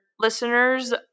listeners